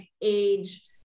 age